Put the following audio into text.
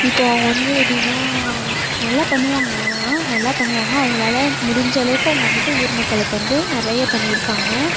இப்போ அவங்க வந்து எப்படின்னா நல்லா பண்ணுவாங்க ஆனால் நல்லா பண்ணுவாங்க அவங்களால் முடிஞ்ச அளவுக்கு அவங்க வந்துவிட்டு ஊர் மக்களுக்கு வந்து நிறைய பண்ணியிருக்காங்க